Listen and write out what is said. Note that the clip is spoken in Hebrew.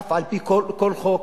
למרות כל חוק,